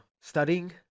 studying